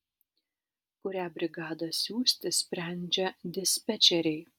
kurią brigadą siųsti sprendžia dispečeriai